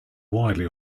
widely